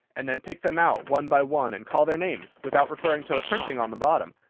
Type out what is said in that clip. and then pick them out one by one and call their names, without referring to the printing on the bottom.